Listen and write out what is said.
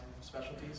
specialties